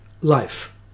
life